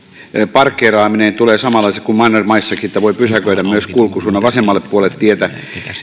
parkkeeraaminen tulee samanlaiseksi kuin mannermaissakin että voi pysäköidä myös kulkusuunnan vasemmalle puolelle tietä